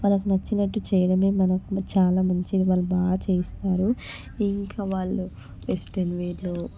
వాళ్ళకి నచ్చినట్టు చేయడమే మనకి కూడా చాలా మంచిది వాళ్ళు బాగా చేయిస్తారు ఇంకా వాళ్ళు వెస్ట్రన్ వేర్లు